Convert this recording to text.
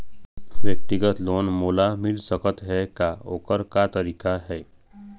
व्यक्तिगत लोन मोल मिल सकत हे का, ओकर का तरीका हे?